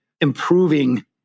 improving